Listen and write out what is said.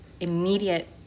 immediate